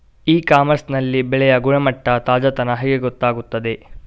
E commerce ನಲ್ಲಿ ಬೆಳೆಯ ಗುಣಮಟ್ಟ, ತಾಜಾತನ ಹೇಗೆ ಗೊತ್ತಾಗುತ್ತದೆ?